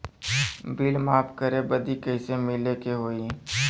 Bill माफ करे बदी कैसे मिले के होई?